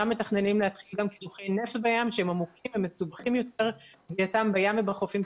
מתכננים להתחיל גם קידוחי נפט בים שהם מסובכים יותר בהיותם בים.